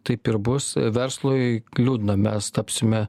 taip ir bus verslui liūdna mes tapsime